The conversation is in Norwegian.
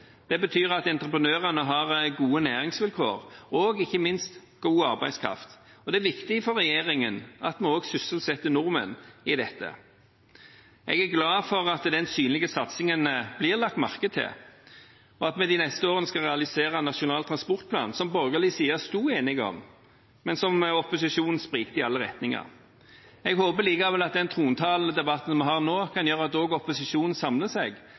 Det betyr at entreprenørene har gode næringsvilkår og ikke minst god arbeidskraft. Det er viktig for regjeringen at vi også sysselsetter nordmenn i dette. Jeg er glad for at den synlige satsingen blir lagt merke til, og at vi de neste årene skal realisere Nasjonal transportplan, som borgerlig side var enige om, men hvor opposisjonen sprikte i alle retninger. Jeg håper likevel at den trontaledebatten som vi har nå, kan gjøre at også opposisjonen samler seg,